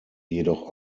jedoch